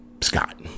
Scott